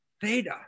theta